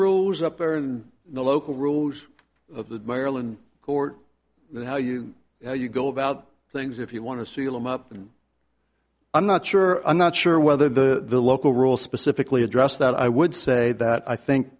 rules up there in the local rules of the maryland court and how you how you go about things if you want to seal them up and i'm not sure i'm not sure whether the local rules specifically address that i would say that i think